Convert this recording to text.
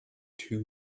two